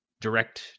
direct